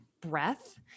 breath